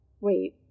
Wait